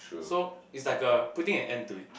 so is like a putting an end to it